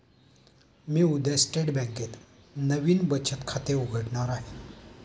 मी उद्या स्टेट बँकेत नवीन बचत खाते उघडणार आहे